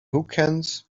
hookahs